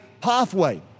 pathway